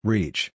Reach